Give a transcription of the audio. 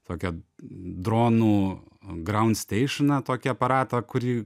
tokią dronų ground steišiną tokį aparatą kurį